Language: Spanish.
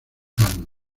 cánones